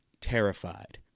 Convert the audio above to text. terrified